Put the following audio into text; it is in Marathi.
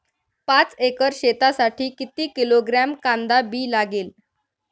पाच एकर शेतासाठी किती किलोग्रॅम कांदा बी लागेल?